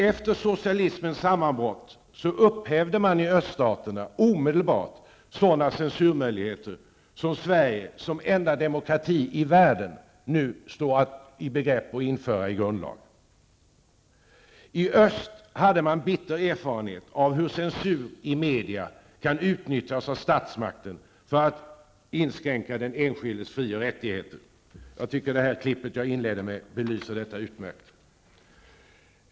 Efter socialismens sammanbrott upphävde man i öststaterna omedelbart sådana censurmöjligheter som Sverige, som enda demokrati i världen, nu står i begrepp att införa i grundlag. I öst hade man bitter erfarenhet av hur censur i media kan utnyttjas av statsmakten för att inskränka den enskildes fri och rättigheter. Det citat jag inledde med belyser detta utmärkt.